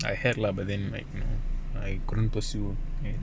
I heard lah but then like you know I couldn't pursue right